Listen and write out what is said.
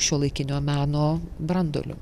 šiuolaikinio meno branduoliu